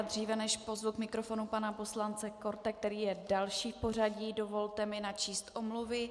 Dříve než pozvu k mikrofonu pana poslance Korte, který je další v pořadí, dovolte mi načíst omluvy.